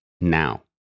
now